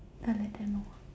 don't let them know